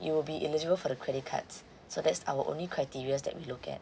you will be eligible for the credit cards so that's our only criterias that we look at